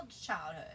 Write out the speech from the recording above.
childhood